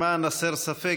למען הסר ספק,